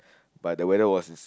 but the weather was it's